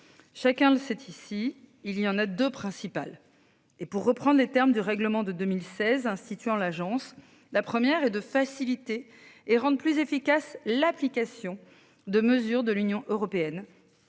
Chacun le sait ici, il y en a 2 principales et pour reprendre les termes du règlement de 2016 instituant l'agence. La première est de faciliter et rendre plus efficace l'application de mesures de l'Union européenne.